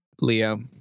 Leo